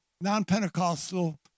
non-Pentecostal